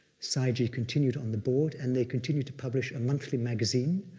sayagyi continued on the board and they continued to publish a monthly magazine,